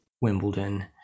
Wimbledon